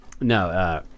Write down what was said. No